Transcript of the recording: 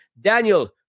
Daniel